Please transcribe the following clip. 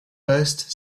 first